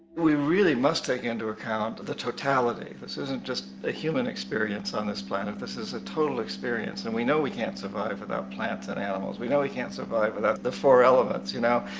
we really must take into account the totality. this isn't just a human experience on this planet, this is a total experience. and we know we can't survive without plants and animals. we know we can't survive without the four elements, you know?